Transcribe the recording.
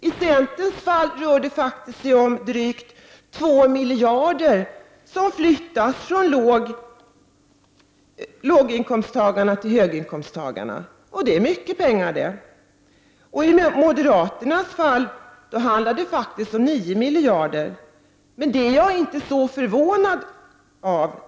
I centerns fall skulle drygt 2 miljarder flyttas från lågtill höginkomsttagarna, och det är mycket pengar. I moderaternas fall handlar det om 9 miljarder kronor! Men det förvånar mig inte särskilt.